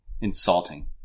insulting